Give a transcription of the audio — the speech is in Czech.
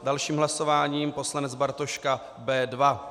Další hlasování poslanec Bartoška , B2.